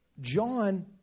John